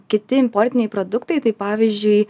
kiti importiniai produktai tai pavyzdžiui